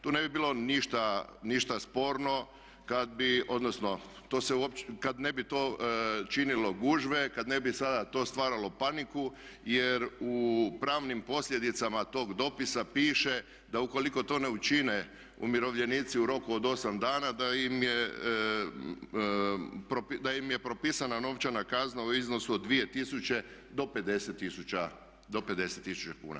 Tu ne bi bilo ništa sporno kad bi, odnosno kad ne bi to činilo gužve, kad ne bi sada to stvaralo paniku jer u pravnim posljedicama tog dopisa piše da ukoliko to ne učine umirovljenici u roku od 8 dana da im je propisana novčana kasna u iznosu od 2 tisuće do 50 tisuća kuna.